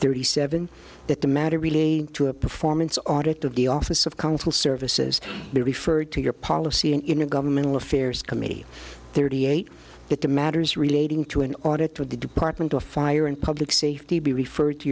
thirty seven that the matter really to a performance audit of the office of council services be referred to your policy in a governmental affairs committee thirty eight that the matters relating to an audit of the department of fire and public safety be referred to